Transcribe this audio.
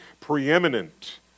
preeminent